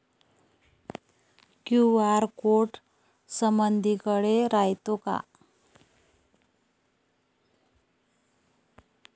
QR code समदीकडे रायतो का?